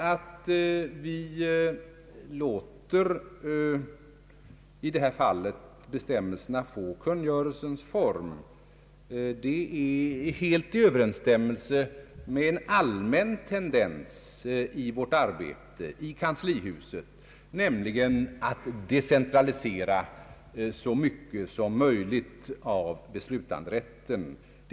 Att vi i detta fall låtit bestämmelserna få kungörelsens form är helt i överensstämmelse med en allmän tendens i vårt arbete i kanslihuset, nämligen att decentralisera så mycket som möjligt av beslutanderätten.